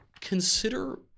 Consider